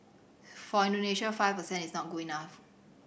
for Indonesia five percent is not good enough